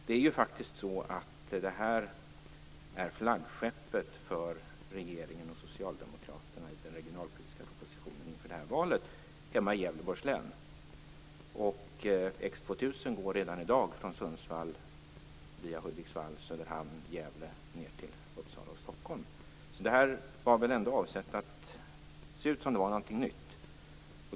Det här är flaggskeppet i den regionalpolitiska propositionen för regeringen och socialdemokraterna hemma i Gävleborgs län inför det här valet. X 2000 går redan i dag från Sundsvall via Detta var väl ändå avsett att se ut som det var någonting nytt.